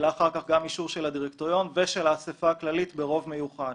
גם אישור של הדירקטוריון ושל האסיפה הכללית ברוב מיוחד.